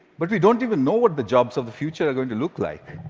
but we don't even know what the jobs of the future are going to look like.